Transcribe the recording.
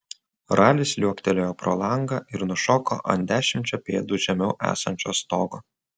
ralis liuoktelėjo pro langą ir nušoko ant dešimčia pėdų žemiau esančio stogo